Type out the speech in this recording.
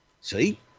See